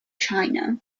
china